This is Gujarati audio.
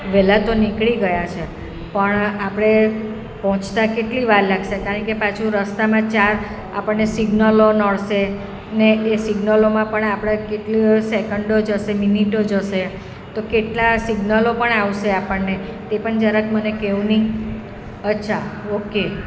વહેલાં તો નીકળી ગયા છીએ પણ આપણે પહોંચતા કેટલી વાર લાગશે કારણ કે પાછું રસ્તામાં ચાર આપણને સિગ્નલો નડશે ને એ સિગ્નલોમાં પણ આપણે કેટલી સેકન્ડો જશે મિનિટો જશે તો કેટલા સિગ્નલો પણ આવશે આપણને તે પણ જરાક મને કહો ને અચ્છા ઓકે